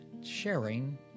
sharing